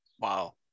wow